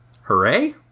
hooray